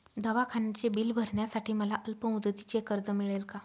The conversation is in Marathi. दवाखान्याचे बिल भरण्यासाठी मला अल्पमुदतीचे कर्ज मिळेल का?